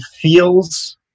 feels